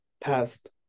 past